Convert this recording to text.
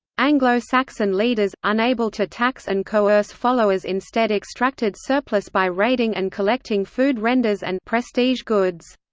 anglo-saxon leaders, unable to tax and coerce followers instead extracted surplus by raiding and collecting food renders and prestige goods.